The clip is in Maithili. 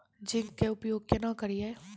जिंक के उपयोग केना करये?